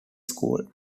school